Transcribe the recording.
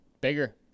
Bigger